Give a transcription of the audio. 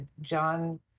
John